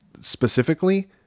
specifically